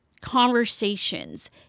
conversations